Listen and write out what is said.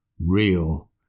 real